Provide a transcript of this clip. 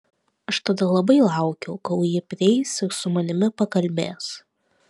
aš tada labai laukiau kol ji prieis ir su manimi pakalbės